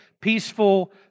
peaceful